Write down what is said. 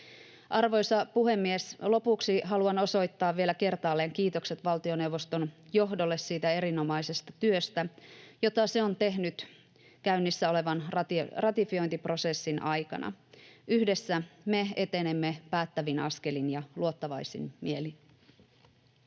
Arvoisa puhemies! Lopuksi haluan osoittaa vielä kertaalleen kiitokset valtioneuvoston johdolle siitä erinomaisesta työstä, jota se on tehnyt käynnissä olevan ratifiointiprosessin aikana. Yhdessä me etenemme päättävin askelin ja luottavaisin mielin.